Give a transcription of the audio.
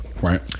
Right